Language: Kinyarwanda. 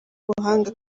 ubuhanga